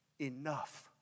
enough